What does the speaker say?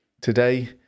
Today